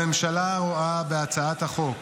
הממשלה רואה בהצעת החוק